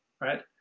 right